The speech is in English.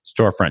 storefront